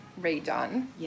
redone